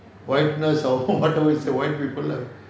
whiteness or [what] do you say white people